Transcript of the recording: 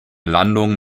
landung